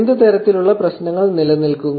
എന്ത് തരത്തിലുള്ള പ്രശ്നങ്ങൾ നിലനിൽക്കുന്നു